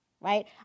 right